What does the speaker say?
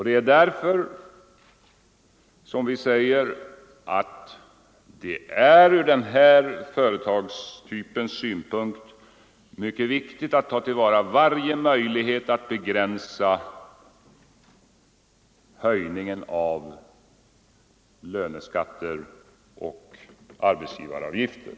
Det är därför som vi säger att det ur de mindre lönsamma eller arbetskraftsintensiva företagens synpunkt är mycket viktigt att ta till vara varje möjlighet att begränsa höjningen av löneskatter och arbetsgivaravgifter.